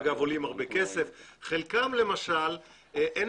גברתי היושבת-ראש, אין